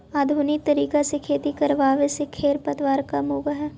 आधुनिक तरीका से खेती करवावे से खेर पतवार कम उगह हई